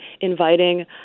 inviting